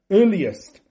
earliest